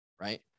right